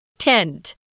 Tent